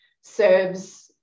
serves